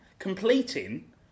completing